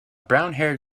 brownhaired